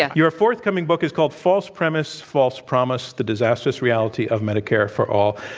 yeah your forthcoming book is called false premise, false promise the disastrous reality of medicare for all.